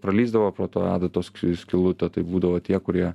pralįsdavo pro tą adatos skylutę tai būdavo tie kurie